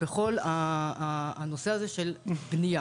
בכול הנושא הזה של בנייה.